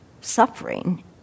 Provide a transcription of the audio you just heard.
suffering